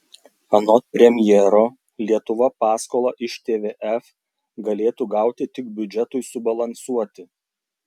anot premjero lietuva paskolą iš tvf galėtų gauti tik biudžetui subalansuoti